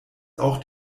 auch